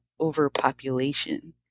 overpopulation